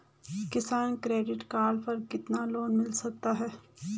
किसान credit card पर कितना लोंन मिल सकता है?